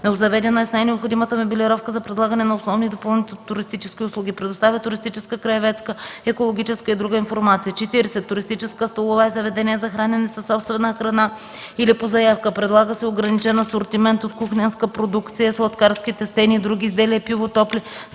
Обзаведена е с най-необходимата мебелировка за предлагане на основни и допълнителни туристически услуги. Предоставя туристическа, краеведска, екологическа и друга информация. 40. „Туристическа столова” е заведение за хранене със собствена храна или по заявка. Предлага се ограничен асортимент от кухненска продукция, сладкарски, тестени и други изделия, пиво, топли,